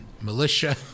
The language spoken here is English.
militia